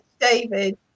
David